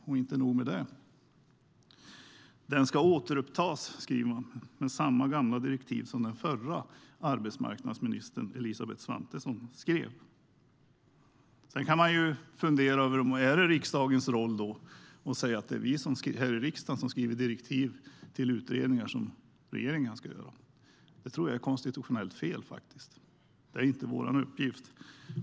Och inte nog med det: Den ska återupptas med samma gamla direktiv som den förra arbetsmarknadsministern Elisabeth Svantesson skrev. Man kan fundera på om det är riksdagens roll, att det är vi här i riksdagen som skriver direktiv till utredningar som regeringen ska göra. Jag tror att det är konstitutionellt fel. Det är inte vår uppgift.